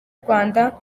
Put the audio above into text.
rwanda